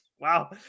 wow